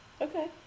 Okay